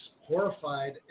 horrified